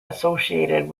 associated